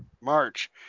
March